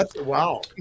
Wow